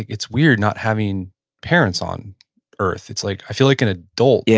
it's weird not having parents on earth. it's like, i feel like an adult. yeah